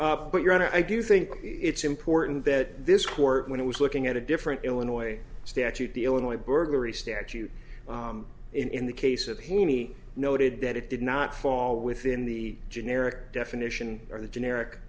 one but your honor i do think it's important that this court when it was looking at a different illinois statute the illinois burglary statute in the case of haney noted that it did not fall within the generic definition or the generic